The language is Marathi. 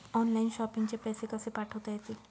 ऑनलाइन शॉपिंग चे पैसे कसे पाठवता येतील?